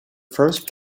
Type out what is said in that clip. first